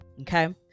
Okay